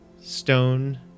stone